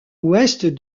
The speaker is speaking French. ouest